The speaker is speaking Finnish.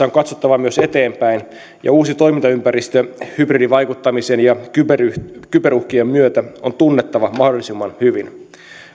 on katsottava myös eteenpäin ja uusi toimintaympäristö hybridivaikuttamisen ja kyberuhkien myötä on tunnettava mahdollisimman hyvin